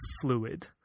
fluid